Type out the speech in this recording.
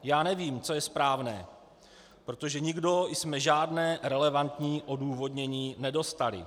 Já nevím, co je správné, protože nikdo jsme žádné relevantní odůvodnění nedostali.